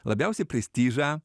labiausiai prestižą